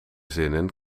zinnen